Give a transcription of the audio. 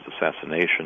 assassination